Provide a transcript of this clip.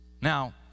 now